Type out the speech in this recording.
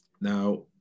Now